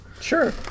Sure